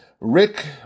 Rick